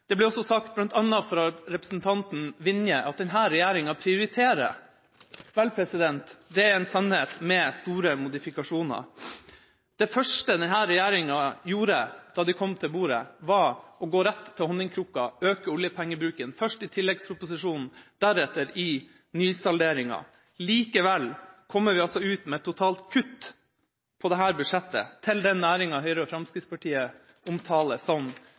Det ble også, bl.a. fra representanten Vinje, sagt at denne regjeringa prioriterer. Vel, det er en sannhet med store modifikasjoner. Det første denne regjeringa gjorde da de kom til bordet, var å gå rett til honningkrukka, øke oljepengebruken, først i tilleggsproposisjonen, deretter i nysalderinga. Likevel kommer vi totalt sett ut med kutt i dette budsjettet til den næringa Høyre og Fremskrittspartiet omtaler som